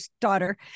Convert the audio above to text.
daughter